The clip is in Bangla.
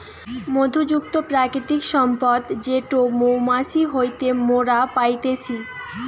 মধু যুক্ত প্রাকৃতিক সম্পদ যেটো মৌমাছি হইতে মোরা পাইতেছি